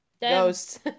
ghosts